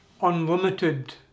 unlimited